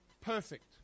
perfect